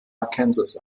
arkansas